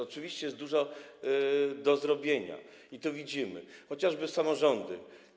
Oczywiście jest dużo do zrobienia i to widzimy, chociażby samorządy.